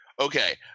Okay